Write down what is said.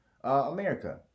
America